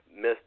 miss